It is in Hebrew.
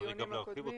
בדיונים הקודמים.